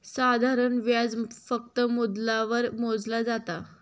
साधारण व्याज फक्त मुद्दलावर मोजला जाता